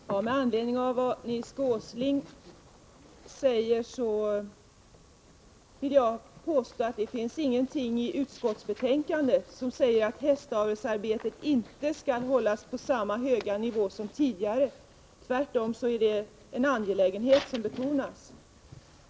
Herr talman! Med anledning av vad Nils G. Åsling anförde vill jag påstå att det i utskottsbetänkandet inte finns någonting som säger att hästavelsarbetet inte skall hållas på samma höga nivå som tidigare. Tvärtom är det en angelägenhet som betonas.